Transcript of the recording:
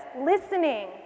listening